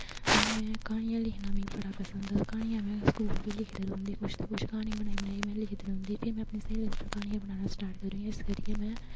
तां बी में क्हनियां लिखना मिगी बड़ा पंसद हा क्हनियां में स्कूल बी लिखदे रौंह्दी ही कुछ ते कुछ क्हानियां बनाइयै में लिखदी रौंह्दी ही फिर में अपनी स्हेली उप्पर क्हानियां बनाना स्टार्ट करी ओड़ियां इस करिेयै में